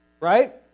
right